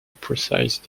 precise